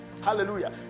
Hallelujah